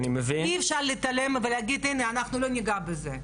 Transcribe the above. אי אפשר להתעלם ולהגיד שאנחנו לא ניגע בזה.